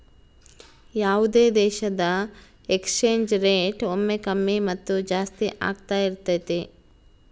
ಯಾವುದೇ ದೇಶದ exchange rate ಒಮ್ಮೆ ಕಮ್ಮಿ ಮತ್ತು ಜಾಸ್ತಿ ಆಗ್ತಾ ಇರತೈತಿ